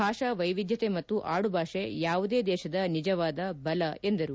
ಭಾಷಾ ವೈವಿಧ್ಯತೆ ಮತ್ತು ಆಡುಭಾಷೆ ಯಾವುದೇ ದೇಶದ ನಿಜವಾದ ಬಲ ಎಂದರು